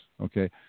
Okay